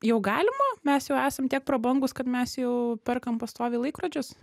jau galima mes jau esam tiek prabangūs kad mes jau perkam pastoviai laikrodžius